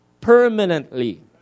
permanently